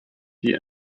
die